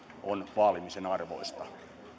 ovat vaalimisen arvoisia